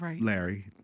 Larry